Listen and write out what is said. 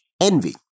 Envy